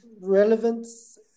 relevance